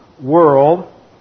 world